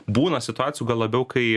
būna situacijų gal labiau kai